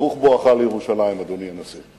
ברוך בואך לירושלים, אדוני הנשיא.